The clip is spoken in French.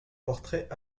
portrait